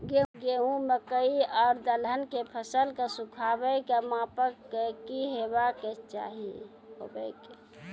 गेहूँ, मकई आर दलहन के फसलक सुखाबैक मापक की हेवाक चाही?